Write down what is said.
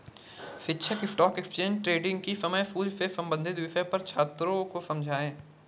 शिक्षक stock exchange trading की समय सूची से संबंधित विषय पर छात्रों को समझाएँगे